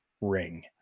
ring